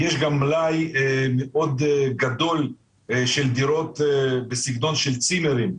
יש גם מלאי מאד גדול של דירות בסגנון צימרים,